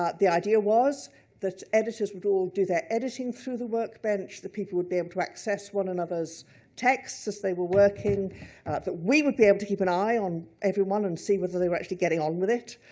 um the idea was that editors would all do their editing through the workbench, the people would be able to access one another's texts as they were working, that we would be able to keep an eye on everyone and see whether they were actually getting on with it,